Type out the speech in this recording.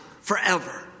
forever